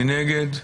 מי נגד?